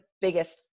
biggest